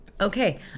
Okay